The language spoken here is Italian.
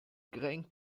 grand